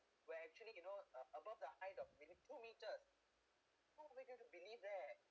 well actually you know uh above the height of limit two meters who will you to believe there